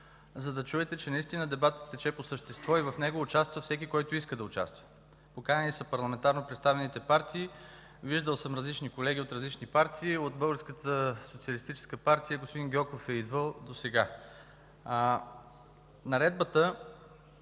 за да чуете, че наистина дебатът тече по същество и в него участва всеки, който иска. Поканени са парламентарно представените партии, виждал съм различни колеги от различни партии. От Българската социалистическа партия досега е идвал господин Гьоков. Наредбата